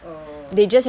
oh